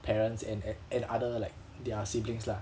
parents and and other like their siblings lah